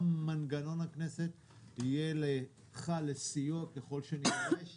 גם מנגנון הכנסת יהיה לך לסיוע ככל שנידרש.